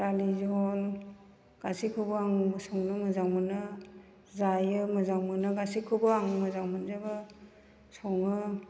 दालि जहल गासैखौबो आं संनो मोजां मोनो जायो मोनो जायो गासैखौबो आं मोजां मोनजोबो सङो